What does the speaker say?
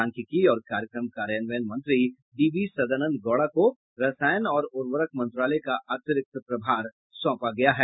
सांख्यिकी और कार्यक्रम कार्यान्वयन मंत्री डीवी सदानंद गौड़ा को रसायन और उर्वरक मंत्रालय का अतिरिक्त प्रभार सौंपा गया है